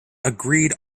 agreed